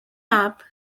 map